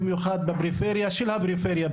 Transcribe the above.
במיוחד בפריפריה של הפריפריה,